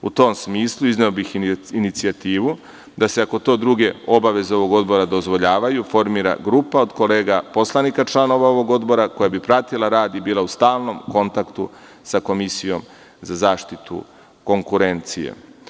U tom smislu izneo bih inicijativu, da se ako to druge obaveze ovog odbora dozvoljavaju formira grupa od kolega poslanika, članova ovog odbora, koja bi pratila rad i bila u stalnom kontaktu sa Komisijom za zaštitu konkurencije.